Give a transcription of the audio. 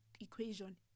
equation